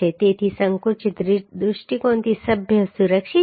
તેથી સંકુચિત દૃષ્ટિકોણથી સભ્યો સુરક્ષિત છે